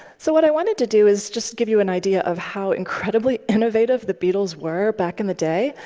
so what i wanted to do is just give you an idea of how incredibly innovative the beatles were back in the day.